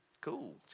cool